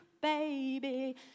baby